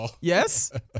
Yes